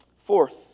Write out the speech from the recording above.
Fourth